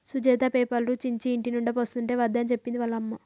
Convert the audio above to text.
సుజాత పేపర్లు చించి ఇంటినిండా పోస్తుంటే వద్దని చెప్పింది వాళ్ళ అమ్మ